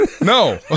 no